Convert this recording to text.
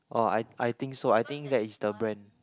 oh I I think so I think that is the brand